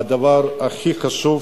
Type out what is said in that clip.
והדבר הכי חשוב,